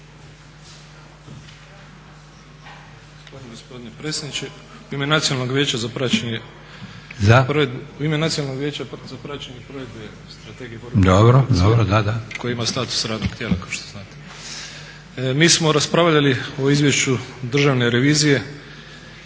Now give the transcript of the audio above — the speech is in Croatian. U ime Nacionalnog vijeća za praćenje za praćenje provedbe Strategije borbe protiv korupcije koje ima status radnog tijela kao što znate. Mi smo raspravljali o Izvješću državne revizije